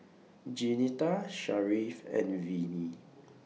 Jeanetta Sharif and Vinie